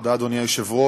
תודה, אדוני היושב-ראש.